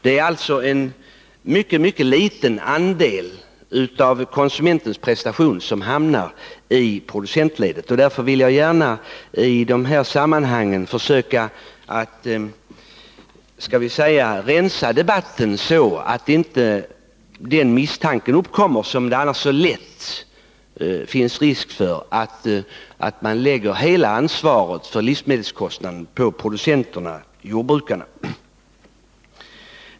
Det är alltså en mycket liten andel av konsumentens prestation som hamnar i producentledet. Därför vill jag gärna i det här sammanhanget försöka rensa debatten så att inte den misstanken uppkommer, som det annars lätt finns risk för, att hela utvecklingen för livsmedelskostnaderna beror på producenterna-jordbrukarna.